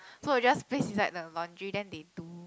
so I just place inside the laundry then they do